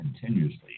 continuously